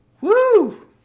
Woo